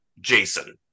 Jason